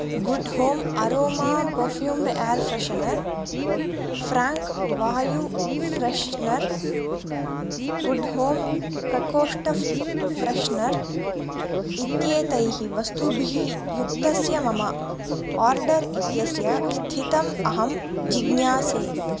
good home aroma perfumed air freshener frank Vayu freshener good home प्रकोष्ठ इत्येतैः वस्तुभिः युक्तस्य मम आर्डर् इत्यस्य स्थितम् अहं जिज्ञासे